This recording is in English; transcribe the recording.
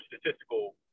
statistical –